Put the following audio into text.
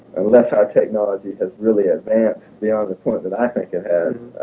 unless our technology has really advanced beyond the point that i think it has